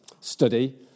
study